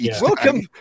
Welcome